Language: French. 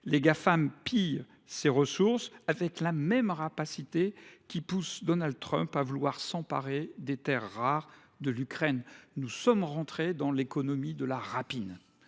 – pillent ces ressources avec la même rapacité qui pousse Donald Trump à vouloir s’emparer des terres rares ukrainiennes. Nous sommes entrés dans l’économie de la rapine.